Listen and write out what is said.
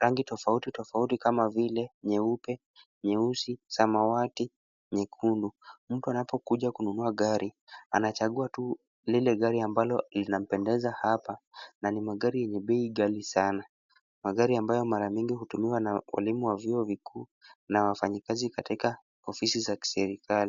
rangi tofauti tofauti kama vile nyeupe, nyeusi , samawati ,nyekundu, mtu anapokuja kununua gari anachangua tu lile gari ambalo linampendeza hapa na ni magari yenye bei ghali sana, magari ambayo mara nyingi hutumika na walimu wa vyuo vikuu na wafanyakazi katika ofisi za serikali.